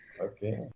Okay